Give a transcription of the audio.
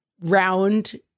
round